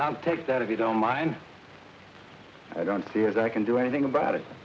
it's take that if you don't mind i don't see as i can do anything about it